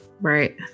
Right